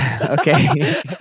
Okay